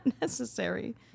necessary